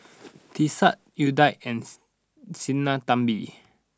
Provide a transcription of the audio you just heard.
Teesta Udai and Sinnathamby